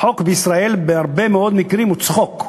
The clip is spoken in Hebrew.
החוק בישראל בהרבה מאוד מקרים הוא צחוק,